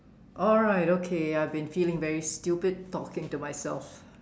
alright okay I've been feeling very stupid talking to myself